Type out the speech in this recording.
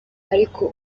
ariko